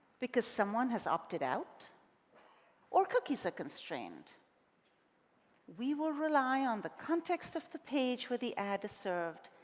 because someone has opted out or cookies are constrained we will rely on the context of the page where the ad is served,